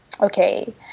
Okay